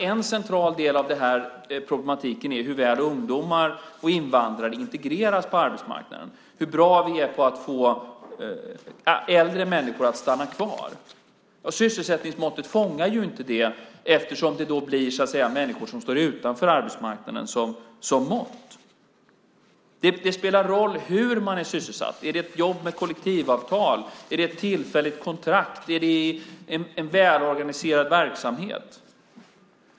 En central del i problematiken är hur väl ungdomar och invandrare integreras på arbetsmarknaden, hur bra vi är på att få äldre människor att stanna kvar. Sysselsättningsmåttet fångar inte det eftersom det blir människor som står utanför arbetsmarknaden som blir måttet. Det spelar roll hur man är sysselsatt. Är det ett jobb med kollektivavtal eller är det ett tillfälligt kontrakt? Är det en väl organiserad verksamhet?